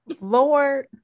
Lord